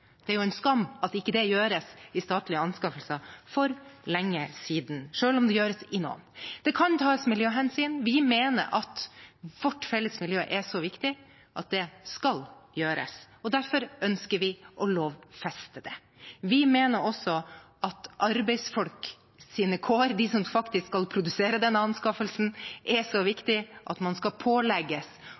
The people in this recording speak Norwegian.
Det er jo en skam at det ikke er blitt gjort i statlige anskaffelser for lenge siden – selv om det gjøres i noen. Det kan tas miljøhensyn. Vi mener at vårt felles miljø er så viktig at det skal gjøres. Derfor ønsker vi å lovfeste det. Vi mener også at arbeidsfolks kår, de som faktisk skal produsere denne anskaffelsen, er så viktig at man skal pålegges